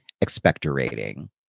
expectorating